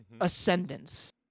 ascendance